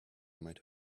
might